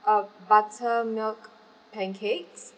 a buttermilk pancakes